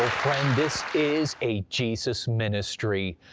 friend, this is a jesus ministry,